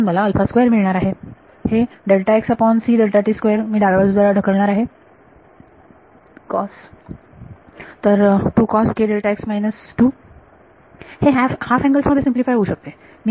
म्हणून मला मिळणार आहे हे मी डाव्या बाजूला ढकलणार आहे कॉस तर हे हाफ अँगल्स मध्ये सिम्पलीफाय होऊ शकते